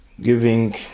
giving